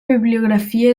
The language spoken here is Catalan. bibliografia